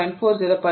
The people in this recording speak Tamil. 4 0